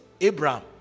Abraham